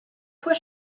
fois